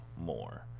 more